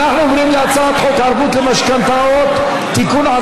אנו עוברים להצעת חוק ערבות למשכנתאות (תיקון,